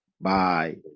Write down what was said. Bye